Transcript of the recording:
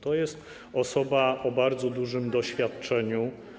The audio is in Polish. To jest osoba o bardzo dużym doświadczeniu.